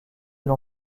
l’on